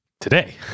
today